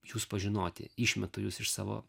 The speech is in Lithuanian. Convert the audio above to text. jus pažinoti išmetu jus iš savo